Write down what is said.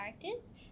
characters